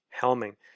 Helming